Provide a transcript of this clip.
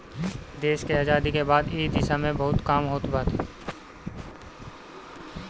देस के आजादी के बाद से इ दिशा में बहुते काम होत बाटे